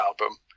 album